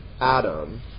Adam